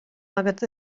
agat